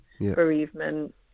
bereavement